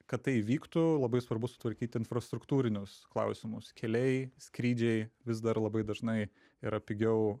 kad tai įvyktų labai svarbu sutvarkyti infrastruktūrinius klausimus keliai skrydžiai vis dar labai dažnai yra pigiau